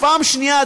ופעם שנייה,